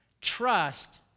Trust